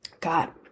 God